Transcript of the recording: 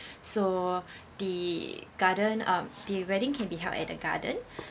so the garden um the wedding can be held at the garden